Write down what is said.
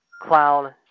clown